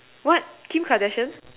what Kim-Kardashian